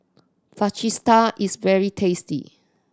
fajitas is very tasty